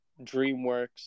DreamWorks